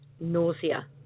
nausea